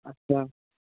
अच्छा